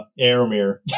Aramir